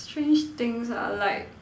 strange things ah like